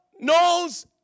Knows